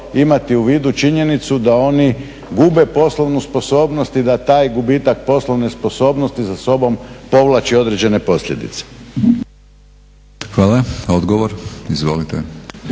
imati u vidu činjenicu da oni gube poslovnu sposobnosti i da taj gubitak poslovne sposobnosti za sobom povlači određene posljedice. **Batinić, Milorad